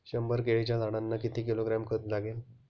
शंभर केळीच्या झाडांना किती किलोग्रॅम खत लागेल?